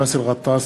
באסל גטאס,